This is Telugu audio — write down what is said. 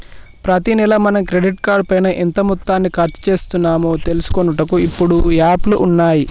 ప్రతి నెల మనం క్రెడిట్ కార్డు పైన ఎంత మొత్తాన్ని ఖర్చు చేస్తున్నాము తెలుసుకొనుటకు ఇప్పుడు యాప్లు ఉన్నాయి